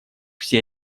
все